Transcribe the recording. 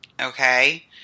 Okay